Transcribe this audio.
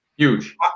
huge